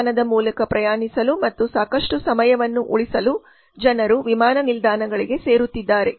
ವಿಮಾನದ ಮೂಲಕ ಪ್ರಯಾಣಿಸಲು ಮತ್ತು ಸಾಕಷ್ಟು ಸಮಯವನ್ನು ಉಳಿಸಲು ಜನರು ವಿಮಾನ ನಿಲ್ದಾಣಗಳಿಗೆ ಸೇರುತ್ತಿದ್ದಾರೆ